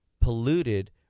polluted